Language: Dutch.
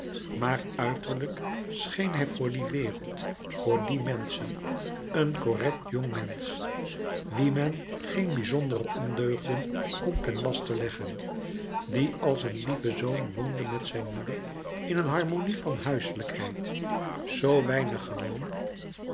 maar uiterlijk scheen hij voor die wereld voor die menschen een correct jongmensch wien men geen bizondere ondeugden kon ten laste leggen die als een lieve zoon woonde met zijn moeder in een harmonie louis couperus metamorfoze van huiselijkheid zoo weinig gewoon